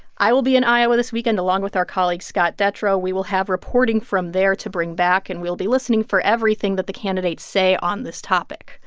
i will be in iowa this weekend, along with our colleague scott detrow. we will have reporting from there to bring back. and we'll be listening for everything that the candidates say on this topic.